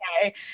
okay